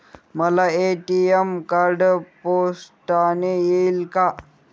मला ATM card पोस्टाने येईल का?